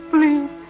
Please